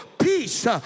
peace